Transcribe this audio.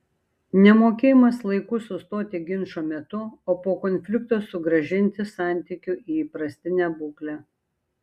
nemokėjimas laiku sustoti ginčo metu o po konflikto sugrąžinti santykių į įprastinę būklę